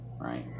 right